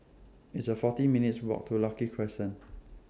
It's A forty minutes' Walk to Lucky Crescent